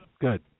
good